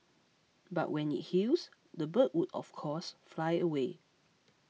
but when it heals the bird would of course fly away